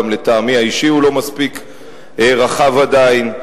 גם לטעמי האישי הוא לא מספיק רחב עדיין,